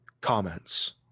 comments